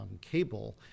cable